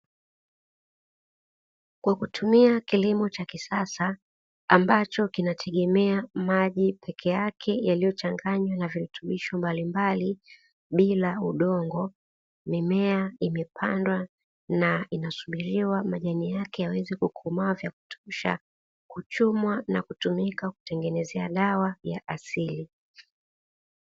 Kwa kutumia kilimo cha kisasa, ambacho kinategemea maji peke yake yaliyochanganywa na virutubisho mbalimbali bila udongo, mimea imepandwa na inasubiriwa majani yake yaweze kukomaa vya kutosha, kuchumwa na kutumika kutengenezea dawa ya asili.